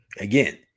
again